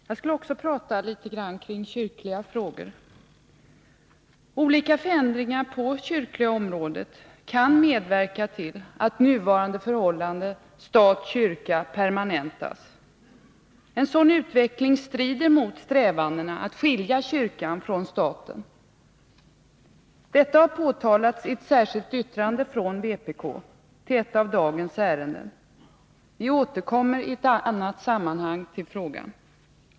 Fru talman! Också jag vill något beröra de kyrkliga frågorna. Olika förändringar på det kyrkliga området kan medverka till att nuvarande förhållande stat-kyrka permanentas. En sådan utveckling strider mot strävandena att skilja kyrkan från staten. Detta har påtalats i ett särskilt yttrande från vpk till ett av dagens ärenden. Vi återkommer i annat sammanhang till frågan.